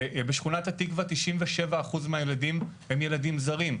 כמו שכונת התקווה שבה 97 אחוזים מהילדים הם ילדים זרים,